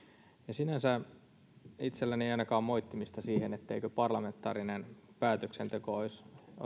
sinänsä ainakaan itselläni ei ole moittimista siinä etteikö parlamentaarinen päätöksenteko olisi